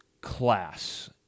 class